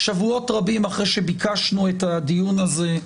שבועות רבים אחרים שביקשנו את הדיון הזה,